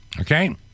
Okay